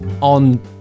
on